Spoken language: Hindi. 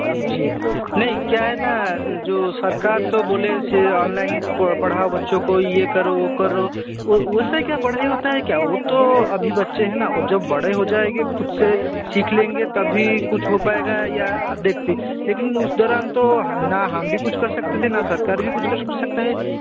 जी नहीं क्या है न जो सरकार तो बोले से ऑनलाइन पढ़ाओ बच्चों को यह करो वह करो उससे क्या पढ़ाई होता है क्या वह तो अभी बच्चे हैं न वह जब बड़े हो जाएंगे ख़ुद से सीख लेंगे तभी कुछ हो पाएगा या अब देखिए लेकिन उस दौरान तो न हम भी कुछ कर सकते थे न सरकार भी कुछ कर सकता है